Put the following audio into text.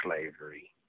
slavery